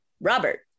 Robert